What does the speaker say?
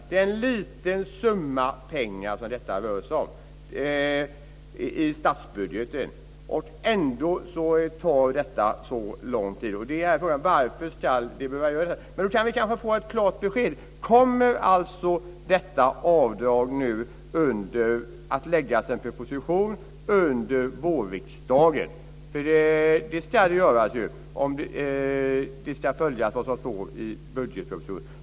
Det rör sig om en liten summa pengar i statsbudgeten. Ändå tar det så lång tid. Varför ska det behöva göra det? Vi kanske kan få ett klart besked: Kommer det att läggas fram en proposition om detta avdrag under vårriksdagen? Det ska det göras, om det ska följa vad som står i budgetpropositionen.